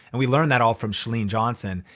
and we learned that all from chalene johnson.